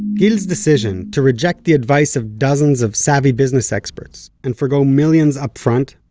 gil's decision to reject the advice of dozens of savvy business experts and forgo millions upfront,